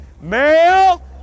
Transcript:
male